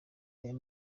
aya